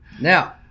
Now